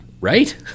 Right